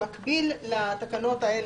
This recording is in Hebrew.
במקביל לתקנות האלה,